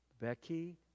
Becky